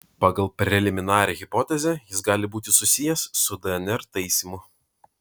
pagal preliminarią hipotezę jis gali būti susijęs su dnr taisymu